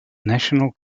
national